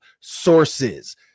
sources